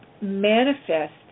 manifest